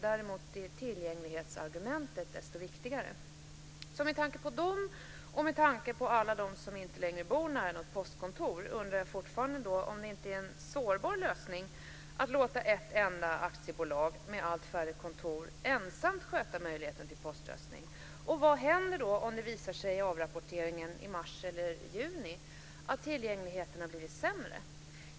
Däremot är tillgänglighetsargumentet desto viktigare. Med tanke på dessa och med tanke på alla dem som inte längre bor nära ett postkontor undrar jag fortfarande om det inte är en sårbar lösning att låta ett enda aktiebolag, med allt färre kontor, ensamt sköta möjligheten till poströstning. Och vad händer om det vid avrapporteringen i mars eller juni visar sig att tillgängligheten har blivit sämre?